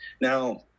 Now